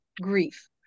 grief